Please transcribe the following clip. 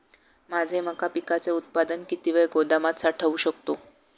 माझे मका पिकाचे उत्पादन किती वेळ गोदामात साठवू शकतो?